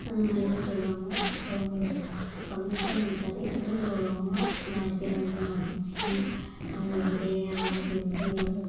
அந்த மாதிரிலாம் செய்வாங்க அப்புறோம் ஒரு ஃபங்க்ஷன் வச்சாவே ஊரில் உள்ளவங்களாம் நாலு பேர் வந்து மதிச்சி அவங்களுக்கு தேவையானதுலாம் செஞ்சு ஒன்